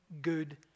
good